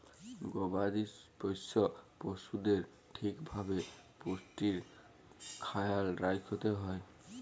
গবাদি পশ্য পশুদের ঠিক ভাবে পুষ্টির খ্যায়াল রাইখতে হ্যয়